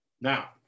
Now